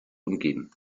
umgeben